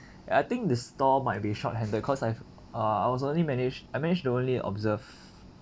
I think the store might be shorthanded cause I've uh I was only managed I managed to only observe